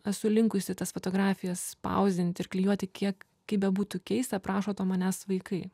esu linkusi tas fotografijas spausdint ir klijuoti kiek kaip bebūtų keista prašo to manęs vaikai